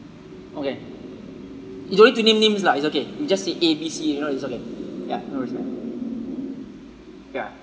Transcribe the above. okay you don't need to name names lah it's okay you just say A B C you know it's okay yup no worries man ya